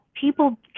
people